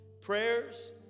prayers